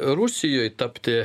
rusijoj tapti